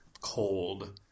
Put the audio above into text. cold